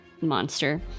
monster